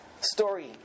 story